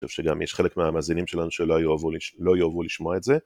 אני חושב שגם יש חלק מהמאזינים שלנו שאולי יאהבו.. לא יאהבו לשמוע את זה.